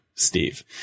steve